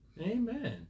Amen